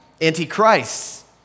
Antichrist